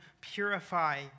purify